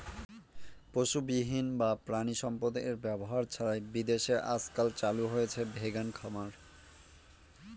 পশুবিহীন বা প্রানীসম্পদ এর ব্যবহার ছাড়াই বিদেশে আজকাল চালু হয়েছে ভেগান খামার